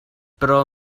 pro